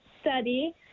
study